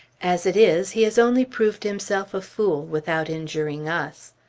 as it is, he has only proved himself a fool, without injuring us.